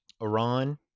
Iran